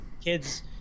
kids